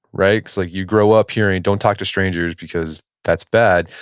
right? cause like you grow up hearing don't talk to strangers because that's bad,